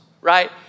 right